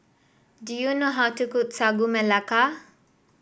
do you know how to cook Sagu Melaka